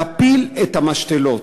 להפיל את המשתלות,